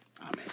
Amen